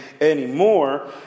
anymore